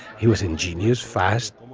he was ingenious, fast.